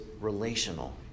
relational